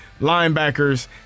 linebackers